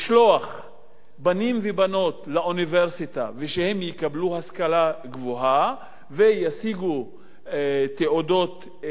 בנים ובנות לאוניברסיטה ושהם יקבלו השכלה גבוהה וישיגו תעודות אקדמיות,